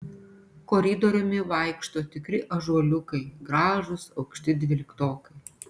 koridoriumi vaikšto tikri ąžuoliukai gražūs aukšti dvyliktokai